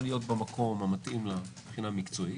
להיות במקום המתאים לה מבחינה מקצועית,